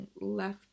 left